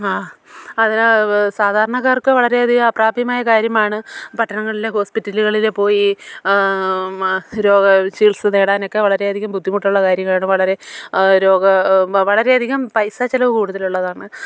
ആ അത് സാധാരണക്കാർക്ക് വളരെയധികം അപ്രാപ്യമായ കാര്യമാണ് പട്ടണങ്ങളിൽ ഹോസ്പിറ്റലുകളിൽ പോയി രോഗ ചികിത്സ നേടാനൊക്കെ വളരെയധികം ബുദ്ധിമുട്ടുള്ള കാര്യങ്ങളാണ് വളരെ രോഗ വളരെയധികം പൈസച്ചിലവ് കൂടുതലുള്ളതാണ്